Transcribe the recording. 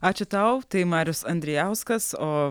ačiū tau tai marius andrijauskas o